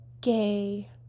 gay